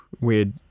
weird